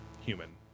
human